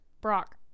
Brock